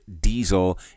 Diesel